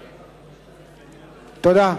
תודה.